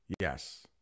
Yes